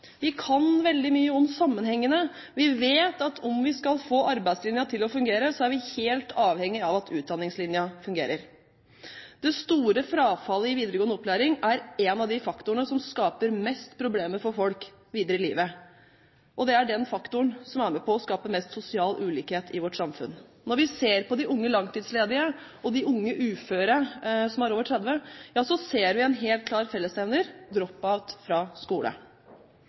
Vi kan veldig mye om sammenhengene. Vi vet at om vi skal få arbeidslinja til å fungere, er vi helt avhengig av at utdanningslinja fungerer. Det store frafallet i videregående opplæring er en av de faktorene som skaper mest problemer for folk videre i livet, og det er den faktoren som er med på å skape mest sosial ulikhet i vårt samfunn. Når vi ser på de unge langtidsledige og de unge uføre som er over 30 år, ja så ser vi en helt klar fellesnevner: drop-out fra skole.